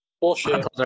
Bullshit